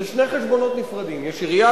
אלה שני חשבונות נפרדים: יש עירייה